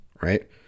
right